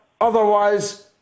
otherwise